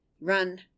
run